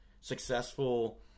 successful